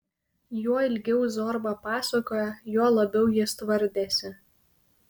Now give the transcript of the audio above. juo ilgiau zorba pasakojo juo labiau jis tvardėsi